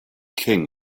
king